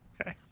Okay